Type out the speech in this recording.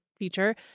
Feature